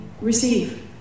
receive